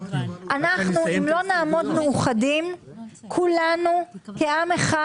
אם אנחנו לא נעמוד מאוחדים כולנו כעם אחד,